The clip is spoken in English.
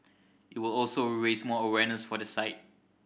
it will also raise more awareness for the site